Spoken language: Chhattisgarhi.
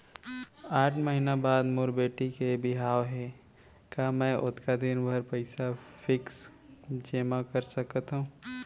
आठ महीना बाद मोर बेटी के बिहाव हे का मैं ओतका दिन भर पइसा फिक्स जेमा कर सकथव?